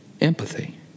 empathy